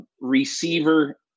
Receiver